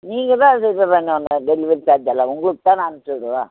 நீங்கள் தான் அட்ஜெஸ்ட்டு பண்ணணும் டெலிவரி சார்ஜெல்லாம் உங்களுக்கு தான் அனுப்ச்சிவிடுறோம்